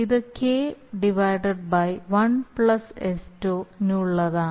ഇത് K 1 sτ നുള്ളതാണ്